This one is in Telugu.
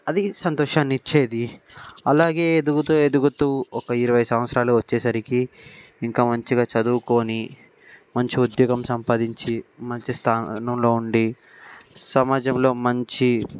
అది సంతోషానిచ్చేది అలాగే ఎదుగుతూ ఎదుగుతూ ఒక ఇరవై సంవత్సరాలు వచ్చేసరికి ఇంకా మంచిగా చదువుకొని మంచి ఉద్యోగం సంపాదించి మంచి స్థానంలో ఉండి సమాజంలో మంచి